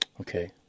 Okay